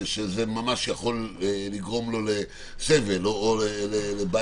שזה ממש יכול לגרום לו לסבל או לבעיה?